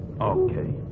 okay